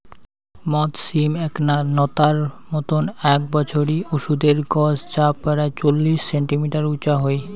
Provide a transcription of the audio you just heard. মথ সিম এ্যাকনা নতার মতন এ্যাক বছরি ওষুধের গছ যা পরায় চল্লিশ সেন্টিমিটার উচা হই